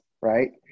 right